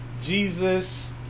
Jesus